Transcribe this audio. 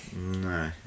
no